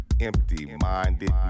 Empty-minded